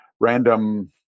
random